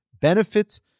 benefit